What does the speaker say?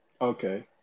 Okay